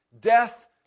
death